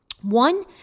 One